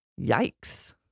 Yikes